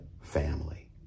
family